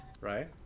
right